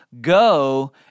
Go